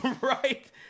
Right